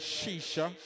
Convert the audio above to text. Shisha